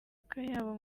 akayabo